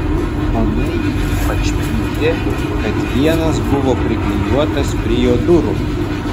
o nainį ypač pykdė kad vienas buvo priklijuotas prie jo durų